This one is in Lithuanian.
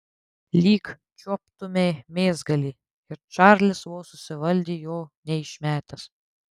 lyg čiuoptumei mėsgalį ir čarlis vos susivaldė jo neišmetęs